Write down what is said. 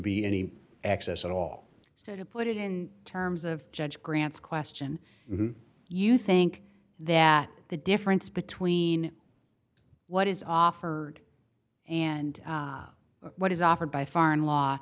be any access at all to put it in terms of judge grants question do you think that the difference between what is offered and what is offered by foreign law